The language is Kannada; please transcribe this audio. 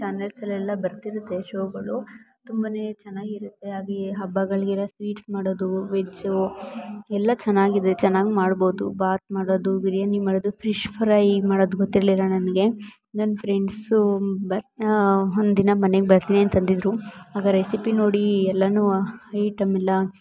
ಚಾನಲ್ಸ್ಲೆಲ್ಲ ಬರ್ತಿರುತ್ತೆ ಶೋಗಳು ತುಂಬ ಚೆನ್ನಾಗಿರುತ್ತೆ ಹಾಗೆಯೇ ಹಬ್ಬಗಳಿಗೆಲ್ಲ ಸ್ವೀಟ್ಸ್ ಮಾಡೋದು ವೆಜ್ಜು ಎಲ್ಲ ಚೆನ್ನಾಗಿದೆ ಚೆನ್ನಾಗಿ ಮಾಡ್ಬೋದು ಬಾತ್ ಮಾಡೋದು ಬಿರ್ಯಾನಿ ಮಾಡೋದು ಫಿಶ್ ಫ್ರೈ ಮಾಡೋದು ಗೊತ್ತಿರಲಿಲ್ಲ ನನಗೆ ನನ್ನ ಫ್ರೆಂಡ್ಸು ಬಟ್ ಒಂದು ದಿನ ಮನೆಗ್ ಬರ್ತೀನಿ ಅಂತ ಅಂದಿದ್ದರು ಆಗ ರೆಸಿಪಿ ನೋಡಿ ಎಲ್ಲಾ ಐಟಮ್ಮೆಲ್ಲ